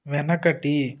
వెనకటి